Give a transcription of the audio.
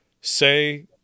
say